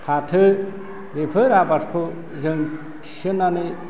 फाथो बेफोर आबादखौ जों थिसन्नानै